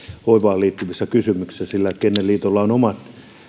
hoivaan liittyvissä kysymyksissä sillä kennelliitolla on jo omat